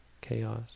chaos